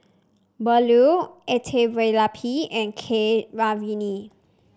Bellur Elattuvalapil and Keeravani